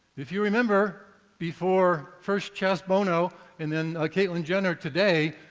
if you remember, before, first, chaz bono, and then ah caitlyn jenner today,